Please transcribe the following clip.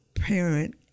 parent